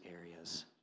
areas